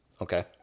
Okay